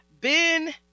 Ben